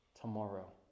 tomorrow